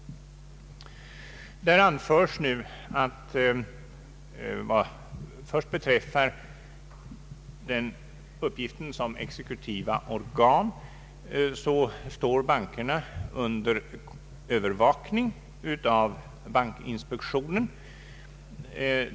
Bankföreningen anför att vad till att börja med beträffar bankernas uppgift som exekutiva organ står bankerna under övervakning av bankinspektionen.